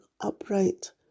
upright